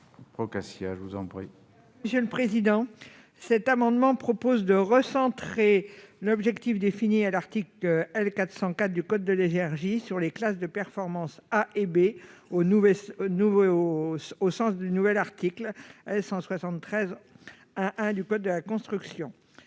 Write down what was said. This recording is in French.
Catherine Procaccia. Cet amendement vise à recentrer l'objectif défini à l'article L. 100-4 du code de l'énergie sur les classes de performance A ou B, au sens du nouvel article L. 173-1-1 du code de la construction